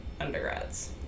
undergrads